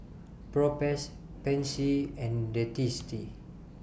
Propass Pansy and Dentiste